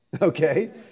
Okay